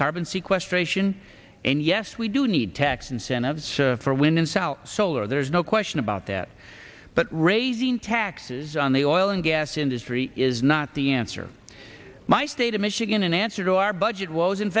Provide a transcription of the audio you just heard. carbon sequestration and yes we do need tax incentives for wind in south solar there's no question about that but raising taxes on the oil and gas industry is not the answer my state of michigan an answer to our budget